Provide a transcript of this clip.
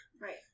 Right